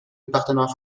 département